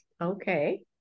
Okay